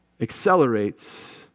accelerates